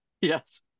yes